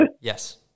Yes